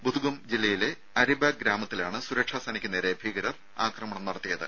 ബുധ്ഗം ജില്ലയിലെ അരിബാഗ് ഗ്രാമത്തിലാണ് സുരക്ഷാ സേനയ്ക്ക് നേരെ ഭീകരർ ആക്രമണം നടത്തിയത്